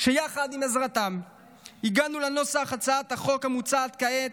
בעזרתם הגענו לנוסח הצעת החוק המוצעת כעת,